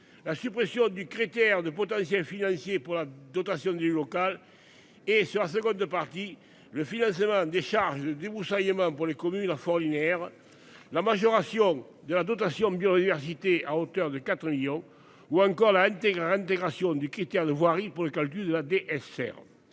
La suppression du critère de potentiel financier pour la dotation du local. Et sur ses de partie le financement des charges débroussailler môme pour les communes à fort linéaire. La majoration de la dotation biodiversité à hauteur de 4 millions ou encore la NT1 intégration du critère de voirie pour le calcul de la DSR.